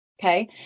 okay